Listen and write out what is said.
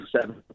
seven